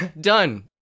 Done